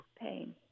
pain